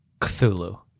Cthulhu